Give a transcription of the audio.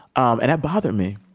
um and that bothered me